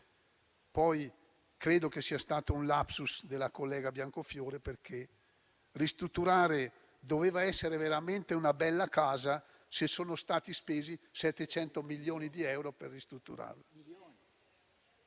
Poi credo che ci sia stato un *lapsus* della collega Biancofiore: doveva essere veramente una bella casa, se sono stati spesi 700 milioni di euro per ristrutturarla.